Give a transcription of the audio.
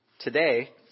today